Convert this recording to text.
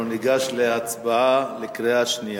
אנחנו ניגש להצבעה בקריאה שנייה.